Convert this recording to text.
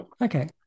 Okay